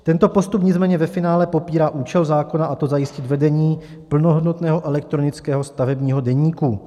Tento postup nicméně ve finále popírá účel zákona, a to zajistit vedení plnohodnotného elektronického stavebního deníku.